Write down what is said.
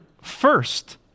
first